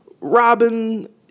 Robin